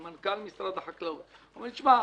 עם מנכ"ל משרד החקלאות שאומר לי: תישמע,